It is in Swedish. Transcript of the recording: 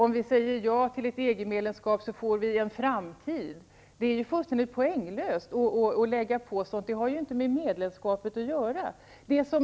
Om vi säger ja till ett EG-medlemskap får vi en framtid. Det är fullständigt poänglöst att lägga in sådana formuleringar. De har inte med medlemskapet att göra.